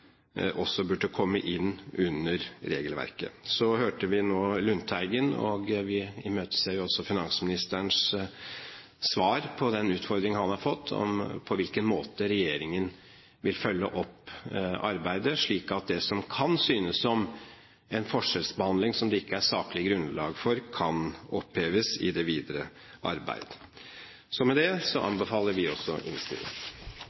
også burde komme inn under regelverket. Så hørte vi nå Lundteigen, og vi imøteser også finansministerens svar på den utfordringen han har fått om på hvilken måte regjeringen vil følge opp arbeidet, slik at det som kan synes som en forskjellsbehandling som det ikke er saklig grunnlag for, kan oppheves i det videre arbeidet. Med dette anbefaler vi også innstillingen. Neste taler er Borghild Tenden .– Det